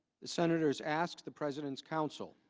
the senators asked the president's council